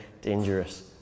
dangerous